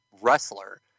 wrestler